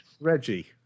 Reggie